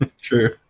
True